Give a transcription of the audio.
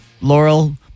Laurel